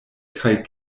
kaj